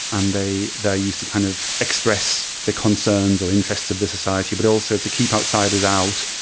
and they they are used to kind of express the concerns or interests of the society, but also to keep outsiders out.